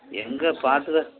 எங்க பார்த்துக்க